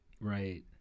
Right